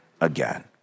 again